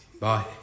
Bye